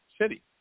city